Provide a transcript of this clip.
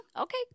Okay